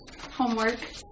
homework